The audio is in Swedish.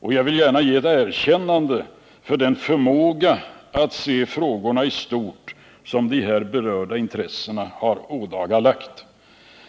Och jag vill gärna ge ett erkännande för den förmåga att se frågorna i stort som de här berörda intressena har ådagalagt.